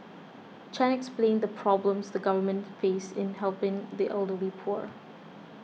Chan explained the problems the government face in helping the elderly poor